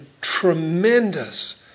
tremendous